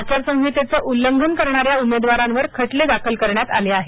आचारसंहितेचं उल्लंघन करणाऱ्या उमेदवारांवर खटले दाखल करण्यात आले आहेत